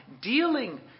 dealing